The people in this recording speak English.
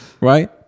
right